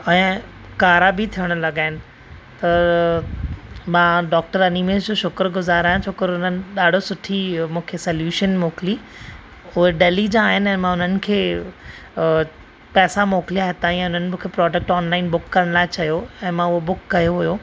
ऐं कारा बि थियण लगा आहिनि मां डॉक्टर अनिमेश जो शुक्रगुआर आहियां छो कर उन्हनि ॾाढो सुठी मूंखे सोल्युशन मोकिली उहे डेली जा आहिनि ऐ मां उन्हनि खे पैसा मिकिलिया ताईं उन्हनि मूंखे ऐ प्रोडक्ट ऑनलाइन बुक करण लाइ चयो ऐ मांं उहो बुक कयो हुयो